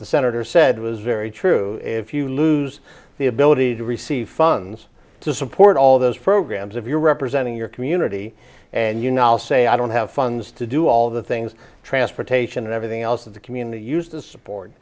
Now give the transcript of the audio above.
the senator said was very true if you lose the ability to receive funds to support all those programs if you're representing your community and you know i'll say i don't have funds to do all the things transportation and everything else that the community used to support